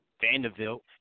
Vanderbilt